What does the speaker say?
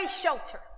shelter